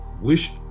wish